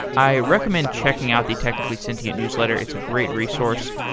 i recommend checking out the technically sentient newsletter, it's a great resource.